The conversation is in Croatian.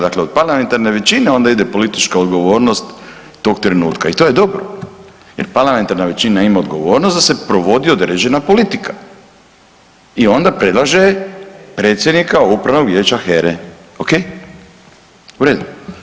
Dakle od parlamentarne većine onda ide politička odgovornost tog trenutka i to je dobro jer parlamentarna većina ima odgovornost da se provodi određena politika i onda predlaže predsjednika Upravnog vijeća HERA-e, ok, u redu.